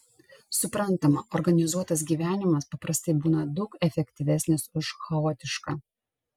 suprantama organizuotas gyvenimas paprastai būna daug efektyvesnis už chaotišką